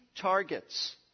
targets